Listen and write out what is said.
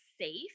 safe